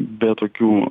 be tokių